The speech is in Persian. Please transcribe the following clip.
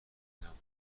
نبودهام